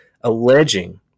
alleging